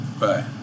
Right